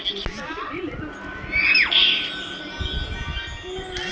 Fix డ్ deposit వల్ల లాభాలు ఉన్నాయి?